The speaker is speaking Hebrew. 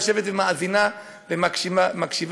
היא יושבת ומאזינה ומקשיבה,